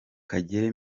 kagere